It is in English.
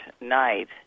night